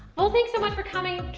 well thanks so much for coming.